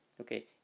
Okay